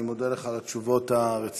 אני מודה לך על התשובות הרציניות.